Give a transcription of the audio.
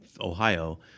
Ohio